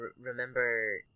remember